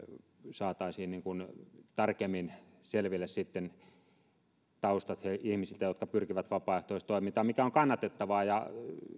saataisiin tarkemmin selville taustat ihmisiltä jotka pyrkivät vapaaehtoistoimintaan joka on kannatettavaa ja